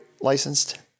licensed